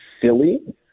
silly